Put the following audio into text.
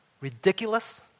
ridiculous